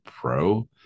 Pro